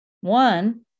One